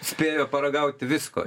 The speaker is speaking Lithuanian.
spėjo paragauti visko